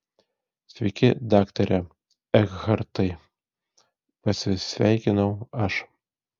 sveiki daktare ekhartai pasisveikinau aš